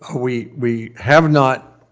ah we we have not